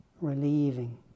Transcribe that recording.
relieving